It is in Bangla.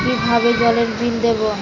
কিভাবে জলের বিল দেবো?